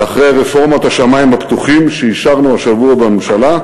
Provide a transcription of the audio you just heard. ואחרי רפורמת השמים הפתוחים שאישרנו השבוע בממשלה,